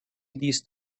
these